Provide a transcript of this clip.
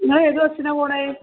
ഇങ്ങൾ ഏത് ബെസ്സിനാ പോകണത്